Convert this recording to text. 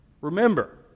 Remember